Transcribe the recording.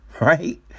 Right